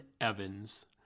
Evans